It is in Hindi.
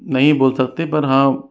नहीं बोल सकते पर हाँ